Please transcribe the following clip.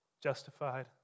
justified